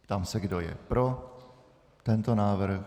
Ptám se, kdo je pro tento návrh.